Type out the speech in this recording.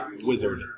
Wizard